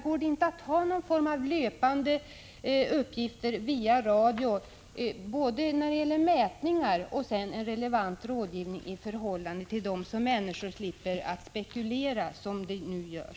Går det inte att via radio ge någon form av löpande uppgifter om mätningar och en relevant rådgivning i förhållande till mätningarna, så att människor slipper spekulera som de nu gör?